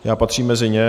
Já patřím mezi ně.